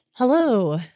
Hello